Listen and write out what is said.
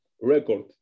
record